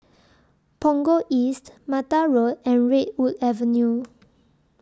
Punggol East Mata Road and Redwood Avenue